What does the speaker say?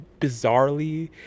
bizarrely